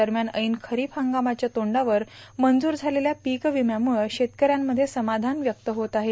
दरम्यान ऐन खरीप हंगामाच्या तोंडावर मंजूर झालेल्या पीक विम्यामुळं शेतकऱ्यांमध्ये समाधान व्यक्त होत आहे